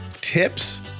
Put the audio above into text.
Tips